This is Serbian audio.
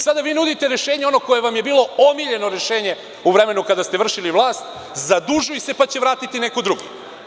Sada vi nudite rešenje ono koje vam je bilo omiljeno rešenje u vremenu kada ste vršili vlast - zadužuj se, pa će vratiti neko drugi.